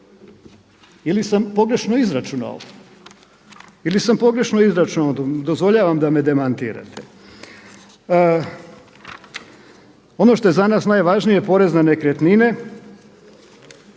reći da se ne iznenade. Ili sam pogrešno izračunao? Dozvoljavam da me demantirate. Ono što je za nas najvažnije je porez na nekretnine.